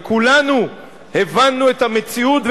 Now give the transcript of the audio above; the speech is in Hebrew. וכולנו הבנו את המציאות,